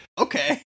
okay